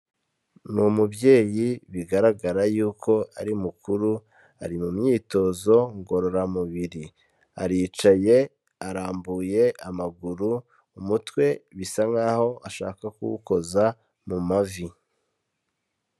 Ni umubyeyi bigaragara yuko ari mukuru ari mu myitozo ngororamubiri, aricaye arambuye amaguru umutwe bisa nk'aho ashaka kuwukoza mu mavi.